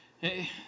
Hey